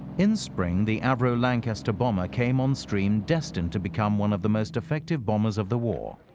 in spring, the avro lancaster bomber came on-stream destined to become one of the most effective bombers of the war.